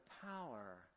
power